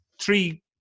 three